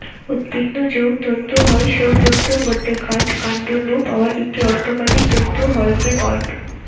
উদ্ভিদ নু যৌ তন্তু হয় সৌ তন্তুর মধ্যে গাছের কান্ড নু পাওয়া একটি অর্থকরী তন্তু হয়ঠে পাট